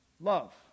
Love